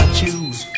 choose